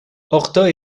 horta